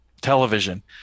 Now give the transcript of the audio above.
television